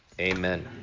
amen